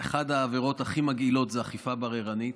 אחת העבירות הכי מגעילות היא אכיפה בררנית,